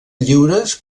lliures